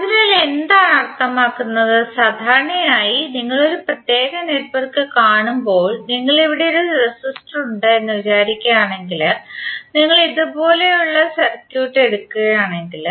അതിനാൽ എന്താണ് അർത്ഥമാക്കുന്നത് സാധാരണയായി നിങ്ങൾ ഒരു പ്രത്യേക നെറ്റ്വർക്ക് കാണുമ്പോൾ നിങ്ങൾ ഇവിടെ ഒരു റെസിസ്റ്റർ ഉണ്ട് എന്ന് വിചാരിക്കുയാണെങ്കിൽ നിങ്ങൾ ഇതുപോലുള്ള സർക്യൂട്ട് എടുക്കുകയാണെങ്കിൽ